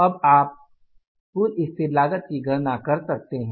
अब आप कुल स्थिर लागत की गणना करते हैं